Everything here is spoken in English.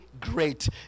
great